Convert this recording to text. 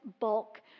bulk